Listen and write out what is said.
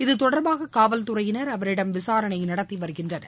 இதுதொடர்பாக காவல்துறையினர் அவரிடம் விசாரணை நடத்தி வருகின்றனர்